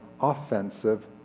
offensive